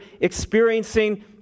experiencing